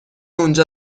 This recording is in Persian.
اونجا